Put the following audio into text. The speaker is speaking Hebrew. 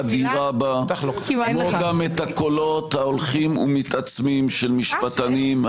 גם את הקולות ההולכים ומתעצמים של משפטנים,